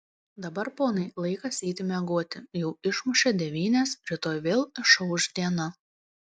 dabar ponai laikas eiti miegoti jau išmušė devynias rytoj vėl išauš diena